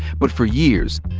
but for years,